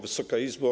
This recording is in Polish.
Wysoka Izbo!